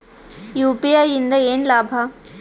UPI ಇಂದ ಏನ್ ಲಾಭ?